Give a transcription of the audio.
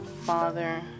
father